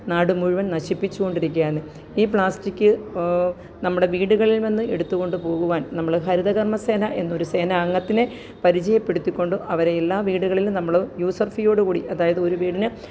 നാട് മുഴുവന് നശിപ്പിച്ചു കൊണ്ടിരിക്കുകയാണ് ഈ പ്ലാസ്റ്റിക് നമ്മുടെ വീടുകളില് വന്ന് എടുത്തു കൊണ്ടുപോകുവാന് നമ്മൾ ഹരിതകര്മ സേന എന്നൊരു സേന അംഗത്തിനെ പരിചയപ്പെടുത്തി കൊണ്ട് അവരെ എല്ലാ വീടുകളിലും നമ്മൾ യൂസർ ഫീയോടു കൂടി അതായത് ഒരു വീടിന്